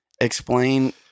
explain